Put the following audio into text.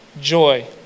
joy